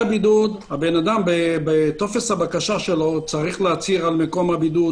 האדם בטופס הבקשה שלו צריך להצהיר על מקום הבידוד,